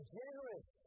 generous